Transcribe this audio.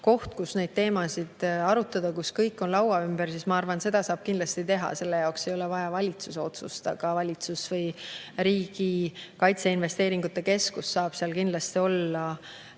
koht, kus neid teemasid arutada [nii, et] kõik on laua ümber, siis ma arvan, et seda saab kindlasti teha. Selle jaoks ei ole vaja valitsuse otsust, aga valitsus või Riigi Kaitseinvesteeringute Keskus saab seal kindlasti olla